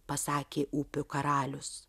pasakė upių karalius